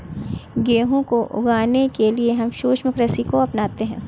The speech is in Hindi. गेहूं को उगाने के लिए हम शुष्क कृषि को अपनाते हैं